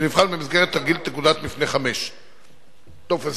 שנבחן במסגרת תרגיל "נקודת מפנה 5". טופס